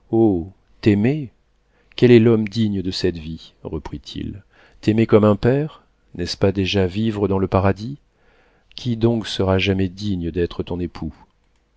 quel est l'homme digne de cette vie reprit-il t'aimer comme un père n'est-ce pas déjà vivre dans le paradis qui donc sera digne d'être ton époux